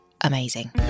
amazing